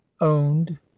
owned